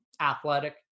athletic